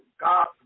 God